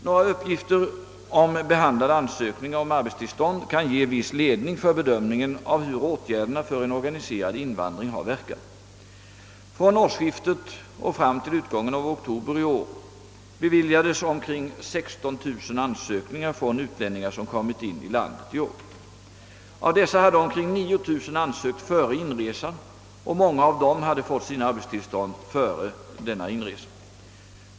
Några uppgifter om behandlade ansökningar om arbetstillstånd kan ge viss ledning för bedömningen av hur åtgärderna för en organiserad invandring har verkat. Från årsskiftet och fram till utgången av oktober i år beviljades omkring 16000 ansökningar från utlänningar som kommit in i landet i år. Av dessa hade omkring 9 000 ansökt före inresan och många av dem hade fått sina arbetstillstånd före inresan.